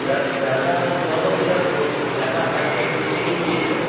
sir ज़्यादा normally sir room ज़्यादा hightech room भी नहीं चाहिए हमें